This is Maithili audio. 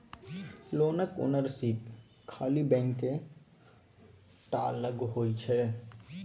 लोनक ओनरशिप खाली बैंके टा लग होइ छै